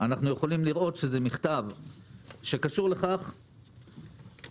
ניתן לראות שזה מכתב שקשור לכך שהיה